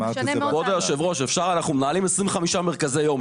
כבור היו"ר אנחנו מנהלים 25 מרכזי יום,